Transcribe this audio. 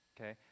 okay